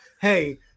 hey